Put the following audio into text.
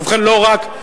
ובכן, לא רק,